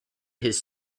his